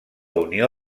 unió